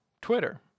Twitter